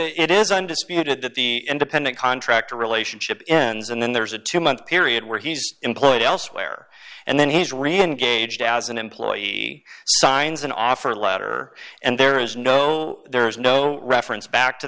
it is undisputed that the independent contractor relationship ends and then there's a two month period where he's employed elsewhere and then he's really engaged as an employee signs an offer letter and there is no there is no reference back to